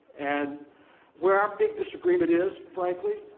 and where our big disagreement is, frankly,